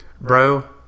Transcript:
Bro